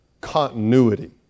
continuity